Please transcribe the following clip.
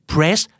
Press